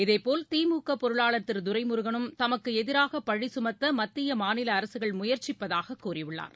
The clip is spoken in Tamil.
இதேபோல் திமுகபொருளாளர் திருதுரைமுருகனும் தமக்குஎதிராகபழிகமத்தமத்திய மாநிலஅரசுகள் முயற்சிப்பதாககூறியுள்ளார்